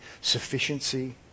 sufficiency